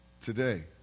today